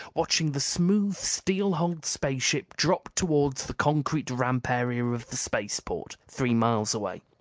watching the smooth steel-hulled spaceship drop toward the concrete ramp area of the spaceport, three miles away.